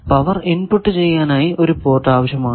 power input ചെയ്യാനായി ഒരു port ആവശ്യമാണ്